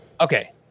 Okay